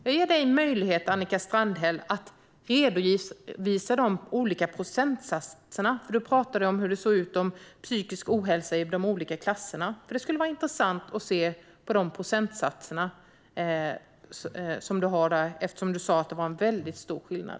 Jag ger dig en möjlighet, Annika Strandhäll, att redovisa de olika procentsatserna. Det skulle vara intressant att se på de procentsatser som du har, eftersom du sa att det var en väldigt stor skillnad.